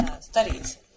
studies